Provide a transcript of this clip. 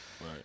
Right